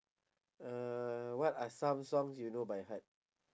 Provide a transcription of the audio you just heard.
uh what are some songs you know by heart